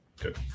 good